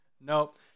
nope